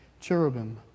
cherubim